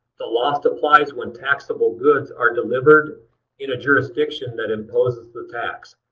the lost applies when taxable goods are delivered in a jurisdiction that imposes the tax.